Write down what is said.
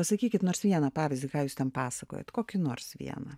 pasakykit nors vieną pavyzdį ką jūs ten pasakojot kokį nors vieną